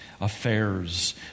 affairs